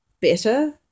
better